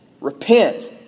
Repent